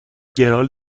گران